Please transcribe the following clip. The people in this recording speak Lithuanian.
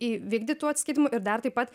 įvykdyt tų atsiskaitymų ir dar taip pat